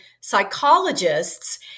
psychologists